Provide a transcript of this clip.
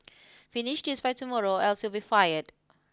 finish this by tomorrow or else you'll be fired